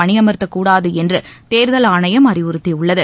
பணியமர்த்தக்கூடாது என்று தேர்தல் ஆணையம் அறிவுறுத்தியுள்ளது